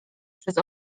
przez